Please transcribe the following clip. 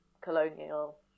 colonial